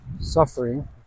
suffering